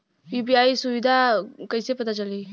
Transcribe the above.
UPI सुबिधा कइसे पता चली?